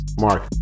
Mark